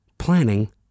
planning